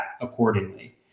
accordingly